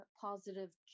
positive